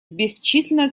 бесчисленное